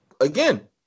again